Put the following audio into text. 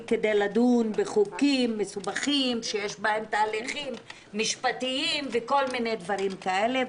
כדי לדון בחוקים מסובכים שיש בהם תהליכים משפטיים וכל מיני דברים כאלה,